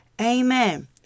Amen